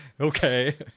Okay